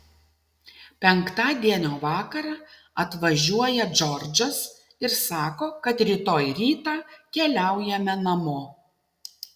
penktadienio vakarą atvažiuoja džordžas ir sako kad rytoj rytą keliaujame namo